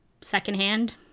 secondhand